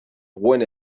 buena